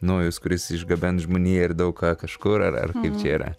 nojus kuris išgabens žmoniją ir daug ką kažkur ar ar kaip čia yra